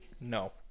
no